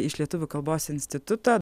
iš lietuvių kalbos instituto